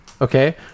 Okay